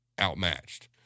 outmatched